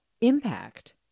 impact